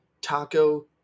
Taco